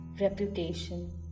reputation